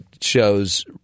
shows